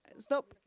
and stop,